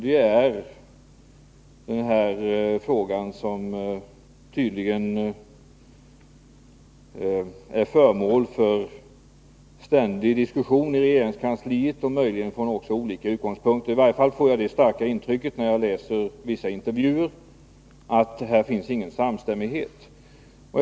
Det är den fråga som tydligen är föremål för ständig diskussion i regeringskansliet — möjligen också från olika utgångspunkter; i varje fall får jag det starka intrycket när jag läser vissa intervjuer att det inte finns någon samstämmighet på den här punkten.